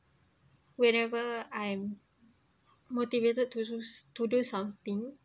whenever I'm motivated to choose to do something